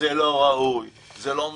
זה לא ראוי, זה לא מקובל.